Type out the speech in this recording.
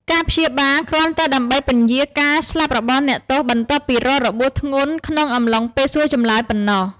ការព្យាបាលគ្រាន់តែដើម្បីពន្យារការស្លាប់របស់អ្នកទោស បន្ទាប់ពីរងរបួសធ្ងន់ក្នុងអំឡុងពេលសួរចម្លើយប៉ុណ្ណោះ ។